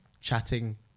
chatting